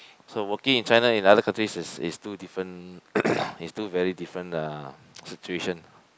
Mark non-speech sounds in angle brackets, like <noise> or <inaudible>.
so working in China in other countries is is two different <coughs> is two very different uh situation